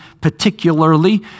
particularly